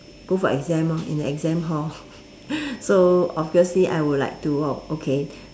go for exam lor in the exam hall so obviously I would like to oh okay